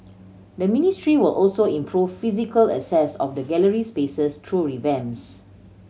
the ministry will also improve physical access of the gallery spaces through revamps